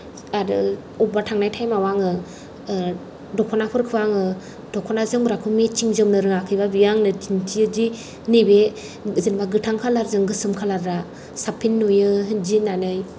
आरो बबेयावबा थांनाय टाइम आव आङो द'खनाफोरखौ आङो द'खना जोमग्राखौ मेट्सिन जोमनो रोङाखैबा बियो आंनो दिन्थियो दि नैबे जेनेबा गोथां कालार जों गोसोम कालार आ साबसिन नुयो बिदि होननानै